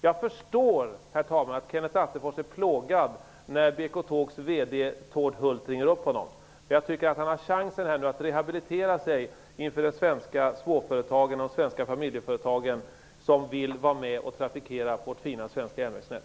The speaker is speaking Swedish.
Jag förstår, herr talman, att Kenneth Attefors är plågad när BK-Tågs VD Tord Hult ringer upp honom. Han har nu chansen att rehabilitera sig inför de svenska småföretag och familjeföretag som vill vara med om att trafikera vårt fina svenska järnvägsnät.